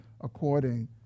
according